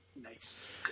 Nice